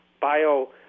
bio